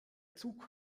zug